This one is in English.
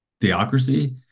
theocracy